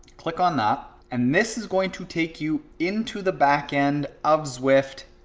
click on that, and this is going to take you into the backend of zwift,